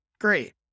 Great